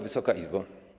Wysoka Izbo!